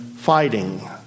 fighting